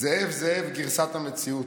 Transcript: "זאב, זאב" גרסת המציאות.